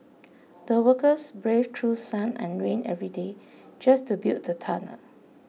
the workers braved through sun and rain every day just to build the tunnel